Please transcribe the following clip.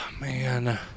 man